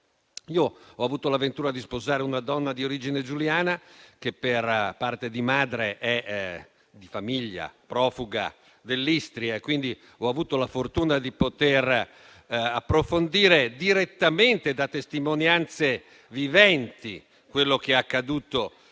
Io ho avuto la ventura di sposare una donna di origine giuliana che, per parte di madre, è di famiglia profuga dell'Istria, e quindi ho avuto la fortuna di poter approfondire direttamente da testimonianze viventi quello che è accaduto